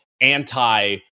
anti